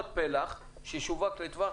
שישווק לטווח